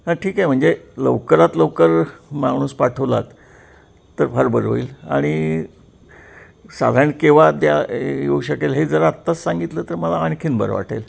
हा ठीक आहे म्हणजे लवकरात लवकर माणूस पाठवलात तर फार बरं होईल आणि साधारण केव्हा द्या येऊ शकेल हे जर आत्ताच सांगितलं तर मला आणखीन बरं वाटेल